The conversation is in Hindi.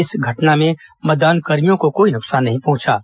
इस घटना में मतदानकर्मियों को कोई नुकसान नहीं पहुंचा है